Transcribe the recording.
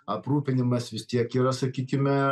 aprūpinimas vis tiek yra sakykime